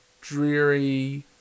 dreary